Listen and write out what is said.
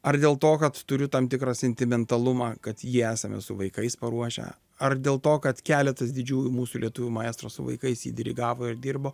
ar dėl to kad turiu tam tikrą sentimentalumą kad jį esame su vaikais paruošę ar dėl to kad keletas didžiųjų mūsų lietuvių maestro su vaikais jį dirigavo ir dirbo